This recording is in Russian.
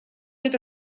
эта